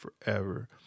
forever